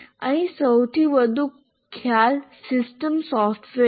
અહીં સૌથી વધુ ખ્યાલ સિસ્ટમ સોફ્ટવેર છે